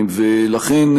לכן,